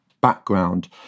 background